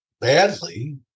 badly